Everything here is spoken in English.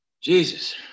Jesus